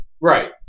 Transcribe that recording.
Right